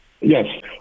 Yes